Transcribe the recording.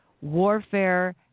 warfare